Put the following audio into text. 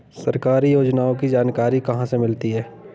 सरकारी योजनाओं की जानकारी कहाँ से मिलती है?